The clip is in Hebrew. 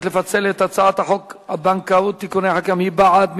לפצל את הצעת חוק הבנקאות (תיקוני חקיקה) מי בעד?